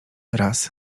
raz